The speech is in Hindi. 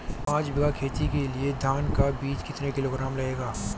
पाँच बीघा खेत के लिये धान का बीज कितना किलोग्राम लगेगा?